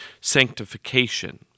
sanctification